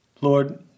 Lord